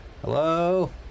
Hello